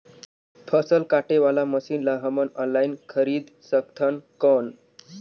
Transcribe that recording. फसल काटे वाला मशीन ला हमन ऑनलाइन खरीद सकथन कौन?